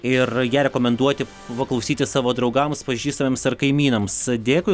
ir ją rekomenduoti paklausyti savo draugams pažįstamiems ar kaimynams dėkui